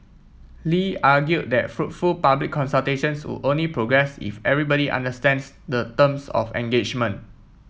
Lee argued that fruitful public consultations would only progress if everybody understands the terms of engagement